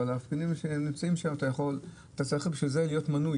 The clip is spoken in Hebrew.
אתה צריך בשביל זה להיות מנוי